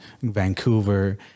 Vancouver